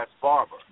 barber